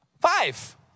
Five